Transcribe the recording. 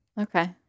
Okay